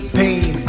pain